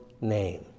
name